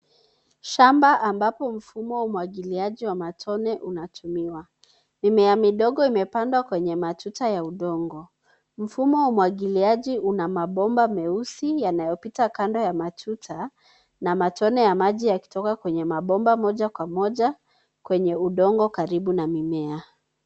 Shamba ambapo mfumo wa umwangiliaji wa matone unatumiwa. Mimea midogo imepandwa kwenye matuta ya udongo. Mfumo wa umwangiliaji una mabomba meusi yanayopita kando ya matuta, na matone ya maji yakitoka kwenye mabomba moja kwa moja kwenye udongo karibu na mimea.